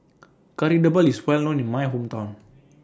Kari Debal IS Well known in My Hometown